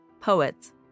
poets